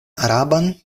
araban